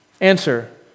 Answer